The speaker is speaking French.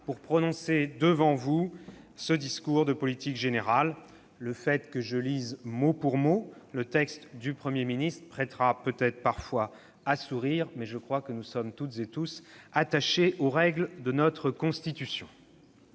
pour prononcer devant vous ce discours de politique générale. Le fait que je lise mot pour mot le texte du Premier ministre prêtera peut-être parfois à sourire, mais je crois que nous sommes toutes et tous attachés aux règles de notre Constitution.